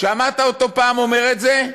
שמעת אותו פעם אומר את זה?